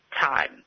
time